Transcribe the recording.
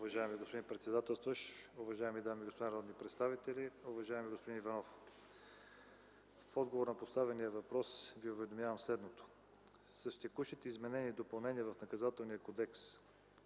Уважаеми господин председател, уважаеми дами и господа народни представители, уважаеми господин Иванов, в отговор на поставения въпрос Ви уведомявам следното. С текущите изменения и допълнения в Наказателния кодекс,